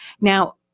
Now